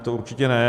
To určitě ne.